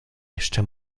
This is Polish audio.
jeszcze